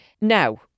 Now